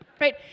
Right